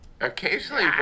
occasionally